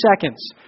seconds